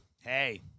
Hey